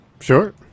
Sure